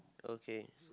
okay